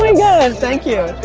my god. thank you.